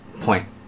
point